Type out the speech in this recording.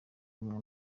bamwe